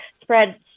spread